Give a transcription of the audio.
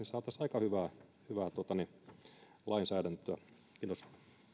saataisiin aika hyvää hyvää lainsäädäntöä kiitos